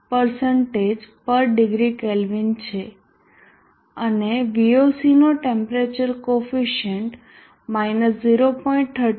045 પર degree kelvin છે અને Voc નો ટેમ્પરેચર કોફિસીયન્ટ 0